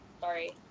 Sorry